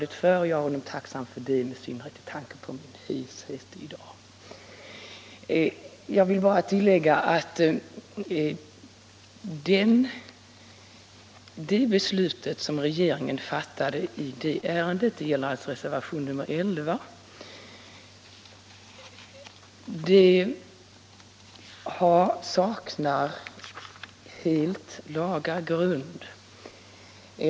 Jag är honom mycket tacksam för det, med tanke på min heshet i dag. Jag vill bara tillägga att det beslut som regeringen fattat i detta ärende — vi har tagit upp det i reservation 11 — helt saknar laga grund.